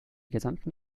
gesamten